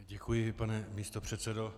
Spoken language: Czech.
Děkuji, pane místopředsedo.